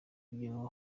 byo